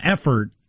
effort